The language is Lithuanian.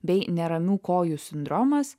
bei neramių kojų sindromas